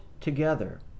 together